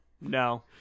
No